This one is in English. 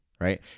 right